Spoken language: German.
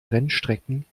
rennstrecken